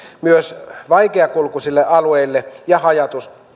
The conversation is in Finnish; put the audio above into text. myös vaikeakulkuisille alueille ja haja